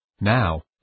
Now